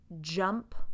jump